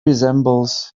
resembles